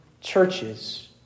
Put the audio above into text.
churches